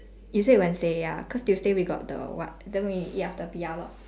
is it wednesday ya cause tuesday we got the what then we eat after P_R lor